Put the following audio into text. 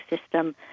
system